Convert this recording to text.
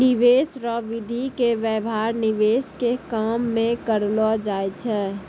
निवेश रो विधि के व्यवहार निवेश के काम मे करलौ जाय छै